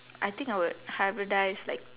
I think I would hybridise like